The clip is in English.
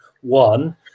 one